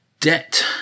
Debt